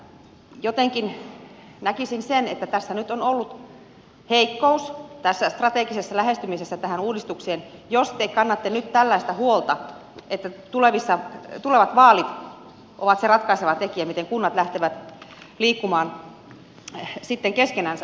jotenkin näkisin sen että tässä nyt on ollut heikkous tässä strategisessa lähestymisessä tähän uudistukseen jos te kannatte nyt tällaista huolta että tulevat vaalit ovat se ratkaiseva tekijä miten kunnat lähtevät liikkumaan sitten keskenänsä